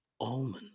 almond